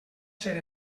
ser